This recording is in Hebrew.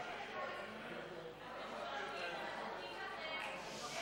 אתם צועקים ומחכים לכם.